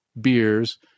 beers